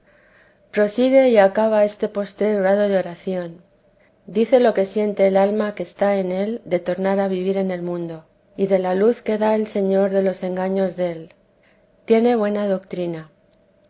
prosigue y acaba este postrer grado de oración dice lo que siente el alma que está en él de tornar a vivir en el mundo y de la luz que da el señor de los engaños del tiene buena doctrina